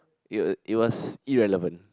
it it was irrelevant